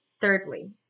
thirdly